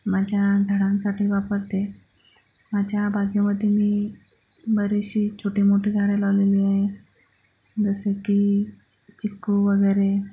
माझ्या झाडांसाठी वापरते माझ्या बागेमध्ये मी बरीचशी छोटी मोठी झाडे लावलेली आहे जसं की चिक्कू वगैरे